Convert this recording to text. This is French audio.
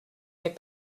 n’est